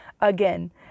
again